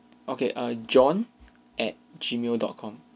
okay err john at gmail dot com